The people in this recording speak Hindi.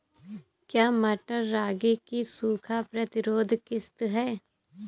क्या मटर रागी की सूखा प्रतिरोध किश्त है?